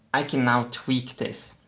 i can now tweak this.